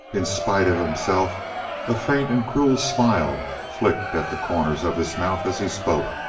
in spite of himself a faint and cruel smile flickered at the corners of his mouth as he spoke.